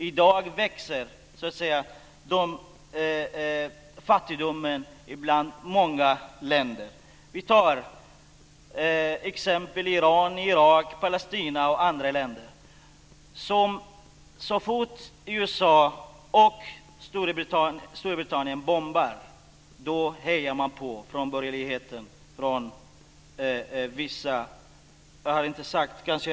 I dag växer fattigdomen i många länder som Iran, Irak och Palestina. Så fort USA och Storbritannien bombar hejar man på från vissa delar av borgerligheten.